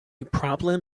problem